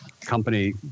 company